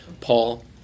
Paul